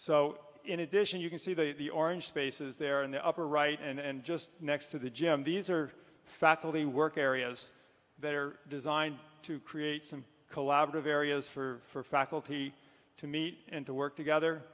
so in addition you can see that the orange spaces there in the upper right and just next to the gym these are faculty work areas that are designed to create some collaborative areas for faculty to meet and to work together